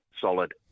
solid